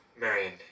Marion